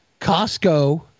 Costco